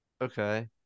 Okay